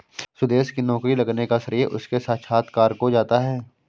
सुदेश की नौकरी लगने का श्रेय उसके साक्षात्कार को जाता है